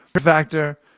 factor